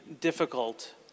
difficult